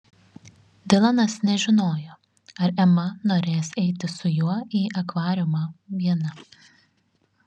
dilanas nežinojo ar ema norės eiti su juo į akvariumą viena